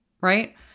Right